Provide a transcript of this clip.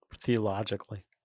theologically